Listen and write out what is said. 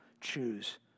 choose